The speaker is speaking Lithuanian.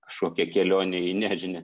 kažkokia kelionė į nežinią